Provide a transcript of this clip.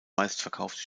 meistverkaufte